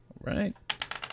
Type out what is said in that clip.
Right